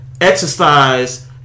exercise